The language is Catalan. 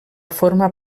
formar